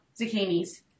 zucchinis